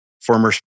former